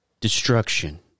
destruction